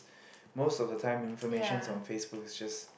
most of the time informations on Facebook is just